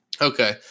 Okay